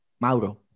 mauro